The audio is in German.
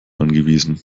angewiesen